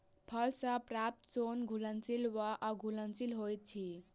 फल सॅ प्राप्त सोन घुलनशील वा अघुलनशील होइत अछि